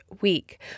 week